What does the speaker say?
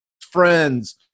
friends